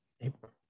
April